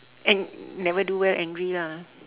and never do well angry lah